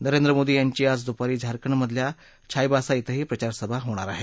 नरेंद्र मोदी यांची आज दुपारी झारखंडमधल्या छायबासा क्विंही प्रचारसभा होणार आहे